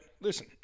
Listen